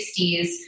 60s